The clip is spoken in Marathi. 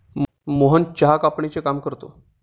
मोहन चहा कापणीचे काम करतो